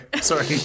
sorry